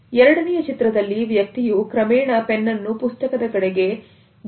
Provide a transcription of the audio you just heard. ಮತ್ತು ಎರಡನೆಯ ಚಿತ್ರದಲ್ಲಿ ವ್ಯಕ್ತಿಯು ಕ್ರಮೇಣ ಪೆನ್ನು ಪುಸ್ತಕದ ಕಡೆಗೆ ಗಮನವನ್ನು ತಂದಿದ್ದಾನೆ